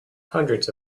hundreds